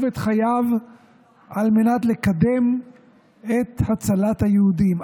את חייו על מנת לקדם את הצלת היהודים.